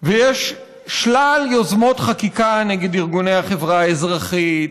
ויש שלל יוזמות חקיקה נגד ארגוני החברה האזרחית,